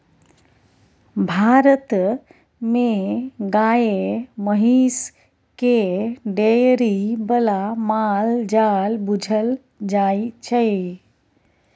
भारत मे गाए महिष केँ डेयरी बला माल जाल बुझल जाइ छै